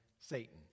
Satan